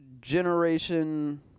Generation